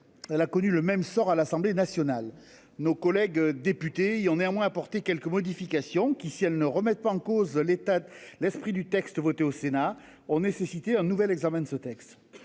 Elle a connu le même sort à l'Assemblée nationale. Nos collègues députés ont néanmoins apporté quelques modifications qui si elles ne remettent pas en cause l'état l'esprit du texte voté au Sénat ont nécessité un nouvel examen de ce texte.